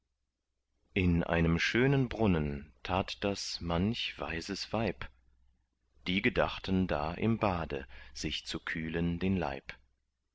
in einem schönen brunnen tat das manch weises weib die gedachten da im bade sich zu kühlen den leib